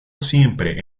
siempre